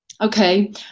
Okay